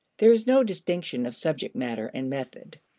there is no distinction of subject matter and method.